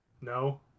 no